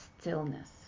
stillness